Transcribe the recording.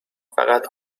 فقط